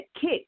kick